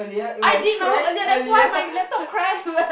I did my work earlier that's why my laptop crashed